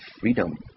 freedom